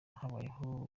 habayeho